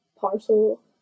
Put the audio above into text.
parcel